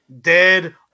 dead –